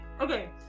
Okay